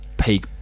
peak